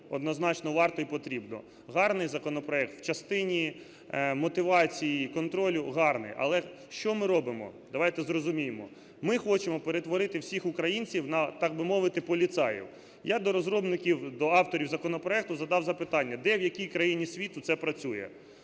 Однозначно, варто і потрібно. Гарний законопроект? В частині мотивації і контролю гарний, але що ми робимо? Давайте зрозуміємо. Ми хочемо перетворити всіх українців на, так би мовити, поліцаїв. Я до розробників, до авторів законопроекту задав запитання: де, в якій країні світу це працює?